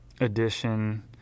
edition